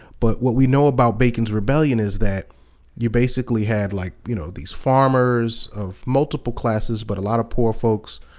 but what we know about bacon's rebellion is that you basically had like you know these farmers of multip le classes, but a lot of poor folks,